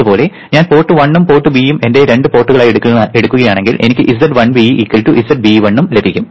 അതുപോലെ ഞാൻ പോർട്ട് 1 ഉം പോർട്ട് B യും എന്റെ രണ്ട് പോർട്ടുകളായി എടുക്കുകയാണെങ്കിൽ എനിക്ക് z1B zB1 എന്ന് ലഭിക്കും